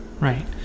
Right